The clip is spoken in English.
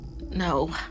no